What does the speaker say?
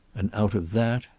and out of that,